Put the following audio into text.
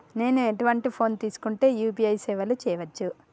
నేను ఎటువంటి ఫోన్ తీసుకుంటే యూ.పీ.ఐ సేవలు చేయవచ్చు?